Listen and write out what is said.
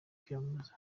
kwiyamamaza